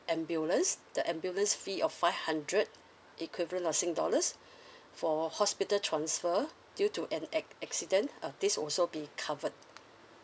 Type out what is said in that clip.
ambulance the ambulance fee of five hundred equivalent of sing dollars for hospital transfer due to an ac~ accident uh this also be covered